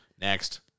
Next